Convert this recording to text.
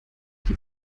die